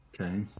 Okay